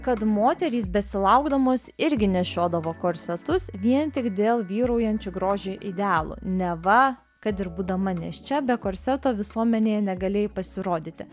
kad moterys besilaukdamos irgi nešiodavo korsetus vien tik dėl vyraujančių grožio idealų neva kad ir būdama nėščia be korseto visuomenėje negalėjai pasirodyti